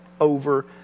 over